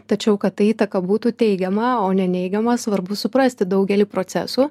tačiau kad ta įtaka būtų teigiama o ne neigiama svarbu suprasti daugelį procesų